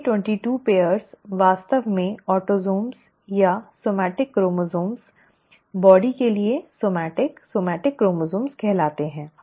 पहले 22 जोड़े वास्तव में ऑटोसोम या सोमैट्इक क्रोमसोम्स बॉडी के लिए सोमैट्इक सोमैट्इक क्रोमसोम्स कहलाते हैं